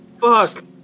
Fuck